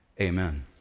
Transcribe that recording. Amen